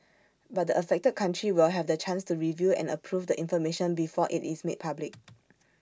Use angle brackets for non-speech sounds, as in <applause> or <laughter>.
but the affected country will have the chance to review and approve the information before IT is made public <noise>